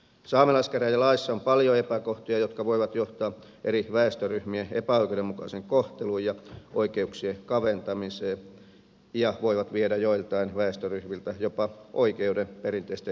saamelaiskäräjälaissa on paljon epäkohtia jotka voivat johtaa eri väestöryhmien epäoikeudenmukaiseen kohteluun ja oikeuksien kaventamiseen ja voivat viedä joiltain väestöryhmiltä jopa oikeuden perinteisten elinkeinojen harjoittamiseen